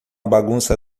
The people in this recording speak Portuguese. bagunça